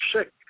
sick